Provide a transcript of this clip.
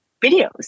videos